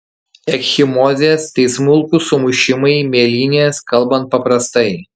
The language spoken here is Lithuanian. ekchimozės tai smulkūs sumušimai mėlynės kalbant paprastai